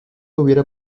hubiera